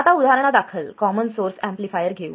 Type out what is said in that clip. आता उदाहरणादाखल common source amplifier घेऊ